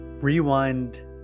rewind